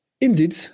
Indeed